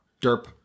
Derp